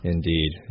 Indeed